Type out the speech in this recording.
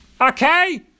okay